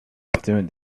afternoon